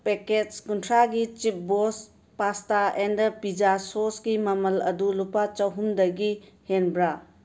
packets ꯀꯨꯟꯊ꯭ꯔꯥꯒꯤ ꯆꯤꯞꯕꯣꯁ pasta and pizza ꯁꯣꯁꯀꯤ ꯃꯃꯜ ꯑꯗꯨ ꯂꯨꯄꯥ ꯆꯥꯍꯨꯝꯗꯒꯤ ꯍꯦꯟꯕ꯭ꯔꯥ